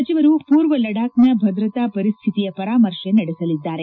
ಸಚಿವರು ಪೂರ್ವ ಲಡಾಖ್ನ ಭದ್ರತಾ ಪರಿಸ್ಥಿತಿಯ ಪರಾಮರ್ಶೆ ನಡೆಸಲಿದ್ದಾರೆ